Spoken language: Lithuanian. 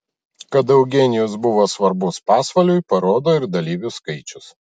kad eugenijus buvo svarbus pasvaliui parodo ir dalyvių skaičius